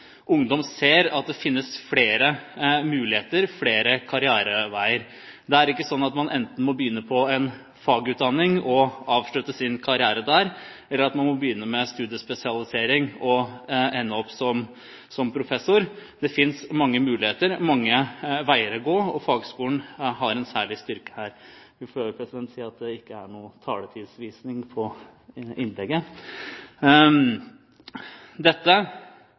ungdom ser at det finnes flere muligheter, flere karriereveier. Det er ikke slik at man enten må begynne på en fagutdanning og avslutte sin karriere der, eller at man må begynne med studiespesialisering og ende opp som professor. Det finnes mange muligheter og mange veier å gå, og fagskolen har en særlig styrke her.